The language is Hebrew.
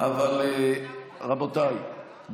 רבותיי,